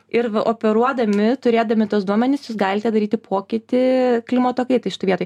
ir va operuodami turėdami tuos duomenis jūs galite daryti pokytį klimato kaitai šitoj vietoj